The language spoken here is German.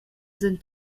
sind